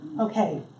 Okay